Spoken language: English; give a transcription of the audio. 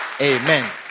Amen